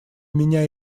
меня